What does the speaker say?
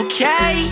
Okay